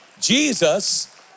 Jesus